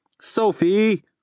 Sophie